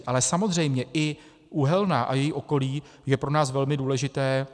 Ale samozřejmě i Uhelná a její okolí jsou pro nás velmi důležité.